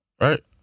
Right